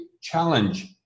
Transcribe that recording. challenge